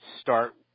start